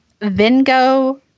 Vingo